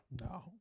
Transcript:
No